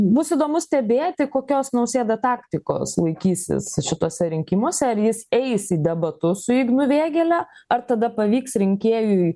bus įdomu stebėti kokios nausėda taktikos laikysis šituose rinkimuose ar jis eis į debatus su ignu vėgėle ar tada pavyks rinkėjui